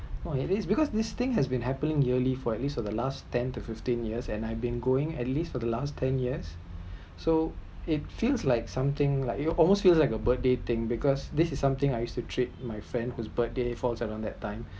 !wah! it is because this thing had been happening yearly for at least last ten to fifteen years and I been going at least for last ten years so it feels like something like almost like a birthday thing because this is something I used to treat my friend whose birthday falls around that time